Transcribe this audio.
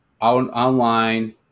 online